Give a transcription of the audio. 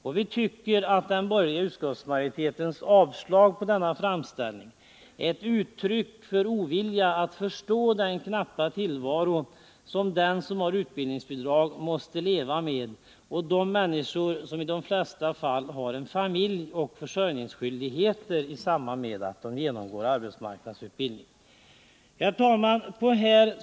Och vi tycker att den borgerliga utskottsmajoritetens avslag på denna framställning är ett uttryck för ovilja att förstå den knappa tillvaro som den som har utbildningsbidrag måste leva i — och det är människor som i de flesta fall har en familj och försörjningsskyldigheter i samband med att de genomgår arbetsmarknadsutbildning. Herr talman!